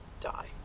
die